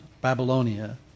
Babylonia